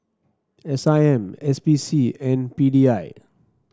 S I M S P C and P D I